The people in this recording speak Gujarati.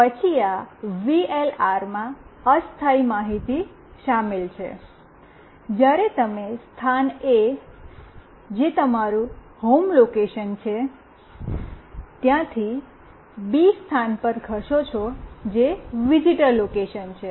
અને પછી આ વીએલઆરમાં અસ્થાયી માહિતી શામેલ છે જ્યારે તમે સ્થાન એ જે તમારું હોમ લોકેશન છે ત્યાંથી સ્થાન બી પર ખસો છે જે વિઝિટર લોકેશન છે